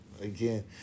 again